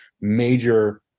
major